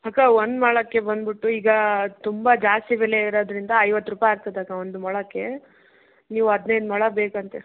ಅಕ್ಕ ಒಂದು ಮೊಳಕ್ಕೆ ಬಂದ್ಬಿಟ್ಟು ಈಗ ತುಂಬ ಜಾಸ್ತಿ ಬೆಲೆ ಇರೋದರಿಂದ ಐವತ್ತು ರೂಪಾಯಿ ಆಗ್ತದೆ ಅಕ್ಕ ಒಂದು ಮೊಳಕ್ಕೆ ನೀವು ಹದಿನೈದು ಮೊಳ ಬೇಕಂತೀರ